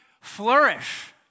flourish